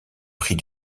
prix